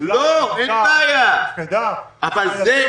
אין בעיה.